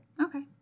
Okay